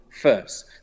first